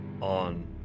on